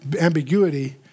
ambiguity